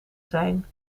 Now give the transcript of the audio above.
zijn